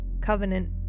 Covenant